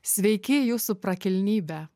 sveiki jūsų prakilnybe